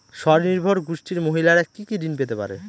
স্বনির্ভর গোষ্ঠীর মহিলারা কি কি ঋণ পেতে পারে?